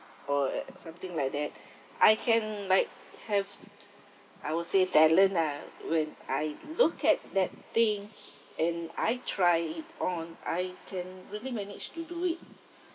or uh something like that I can like have I will say talent lah when I look at that thing and I try it on I can really manage to do it